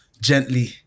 gently